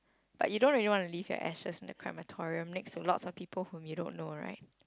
but you don't really want to leave your ashes in a crematorium next to lots of people whom you don't know right